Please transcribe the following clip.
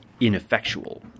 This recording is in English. ineffectual